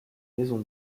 maisons